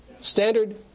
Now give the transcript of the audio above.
standard